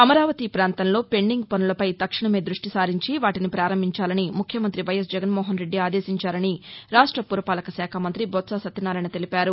అమరావతి పాంతంలో పెండింగ్ పనులపై తక్షణమే దృష్టిసారించి వాటిని పారంభించాలని ముఖ్యమంత్రి వైఎస్ జగన్మోహన్రెడ్డి ఆదేశించారని రాష్ట పురపాలకశాఖ మంతి బొత్స సత్యనారాయణ తెలిపారు